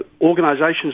organisations